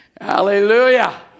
hallelujah